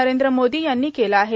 नरेंद्र मोदी यांनी केलं आहे